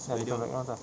sekali dengan diagnose ah